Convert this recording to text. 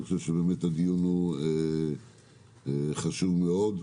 אני חושב שהדיון הוא חשוב מאוד.